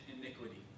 iniquity